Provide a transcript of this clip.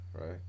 right